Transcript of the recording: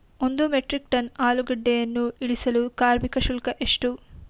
ಒಂದು metric ton ಆಲೂಗೆಡ್ಡೆಯನ್ನು ಇಳಿಸಲು ಕಾರ್ಮಿಕ ಶುಲ್ಕ ಎಷ್ಟು?